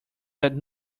that